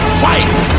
fight